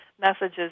messages